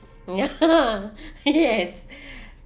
ya yes